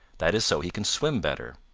that is so he can swim better.